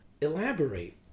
elaborate